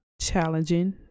challenging